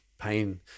pain